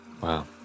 Wow